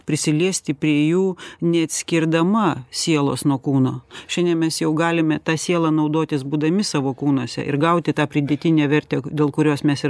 prisiliesti prie jų neatskirdama sielos nuo kūno šiandien mes jau galime ta siela naudotis būdami savo kūnuose ir gauti tą pridėtinę vertę dėl kurios mes ir